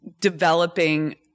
developing